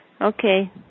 Okay